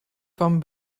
van